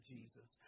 Jesus